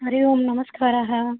हरि ओं नमस्कारः